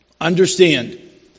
understand